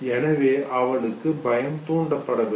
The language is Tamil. எனவே அவளுக்கு பயம் தூண்டப்படவில்லை